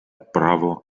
право